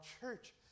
church